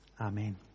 Amen